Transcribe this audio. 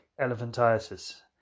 elephantiasis